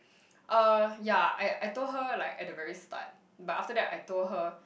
uh yeah I I told her like at the very start but after that I told her